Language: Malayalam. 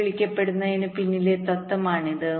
എന്ന് വിളിക്കപ്പെടുന്നതിന് പിന്നിലെ തത്വമാണിത്